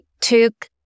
took